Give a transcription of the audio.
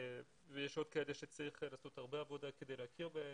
ויש עוד כאלה שצריך לעשות הרבה עבודה כדי להכיר בהן.